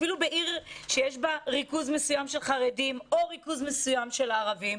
אפילו בעיר שיש בה ריכוז מסוים של חרדים או ריכוז מסוים של ערבים,